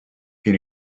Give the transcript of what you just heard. can